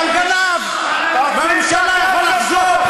אבל גנב לממשלה יכול לחזור.